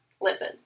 Listen